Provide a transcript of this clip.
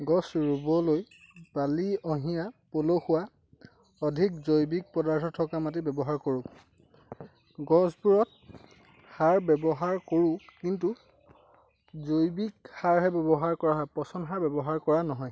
গছ ৰুবলৈ বালি অঁহিয়া পলসুৱা অধিক জৈৱিক পদাৰ্থ থকা মাটি ব্যৱহাৰ কৰোঁ গছবোৰত সাৰ ব্যৱহাৰ কৰোঁ কিন্তু জৈৱিক সাৰহে ব্যৱহাৰ কৰা হয় পচন সাৰ ব্যৱহাৰ কৰা নহয়